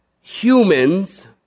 humans